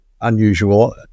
unusual